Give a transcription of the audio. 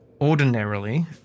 Ordinarily